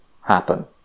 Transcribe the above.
happen